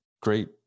great